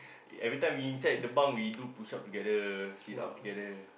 every time we inside the bunk we do push up together sit up together